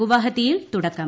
ഗുവാഹത്തിയിൽ തുടക്കം